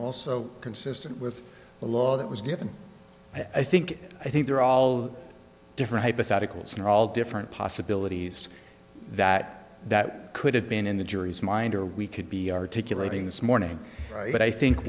also consistent with the law that was given i think i think they're all different hypotheticals and all different possibilities that that could have been in the jury's mind or we could be articulating this morning right but i think